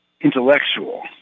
intellectual